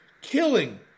Killing